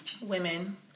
women